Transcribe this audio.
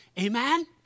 Amen